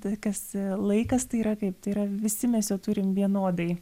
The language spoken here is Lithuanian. tai kas laikas tai yra kaip tai yra visi mes jo turim vienodai